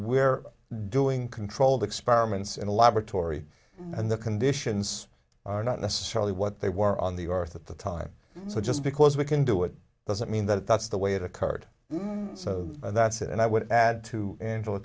we're doing controlled experiments in a laboratory and the conditions are not necessarily what they were on the earth at the time so just because we can do it doesn't mean that that's the way it occurred so that's and i would add to